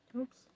Oops